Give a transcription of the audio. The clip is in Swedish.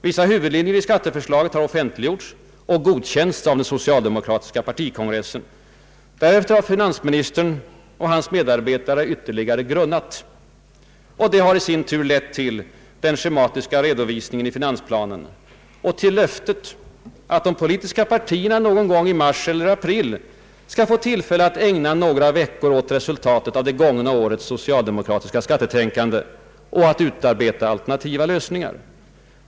Vissa huvudlinjer i skatteförslaget har offentliggjorts och godkänts av den socialdemokratiska partikongressen. Därefter har finansministern och hans medarbetare ytterligare ”grunnat”. Detta har i sin tur lett till den schematiska redovisningen i finansplanen och till löftet om att de politiska partierna någon gång i mars eller april skall få tillfälle att ägna några veckor åt resultatet av det gångna årets socialdemokratiska skattetänkande och att utarbeta alternativa lösningar.